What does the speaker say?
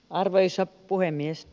arvoisa puhemies